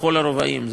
בכל הרבעים,